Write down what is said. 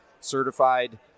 certified